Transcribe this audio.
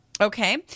Okay